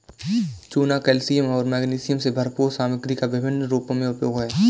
चूना कैल्शियम और मैग्नीशियम से भरपूर सामग्री का विभिन्न रूपों में उपयोग है